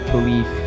Belief